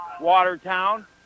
Watertown